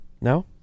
No